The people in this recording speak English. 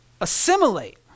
assimilate